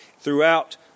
throughout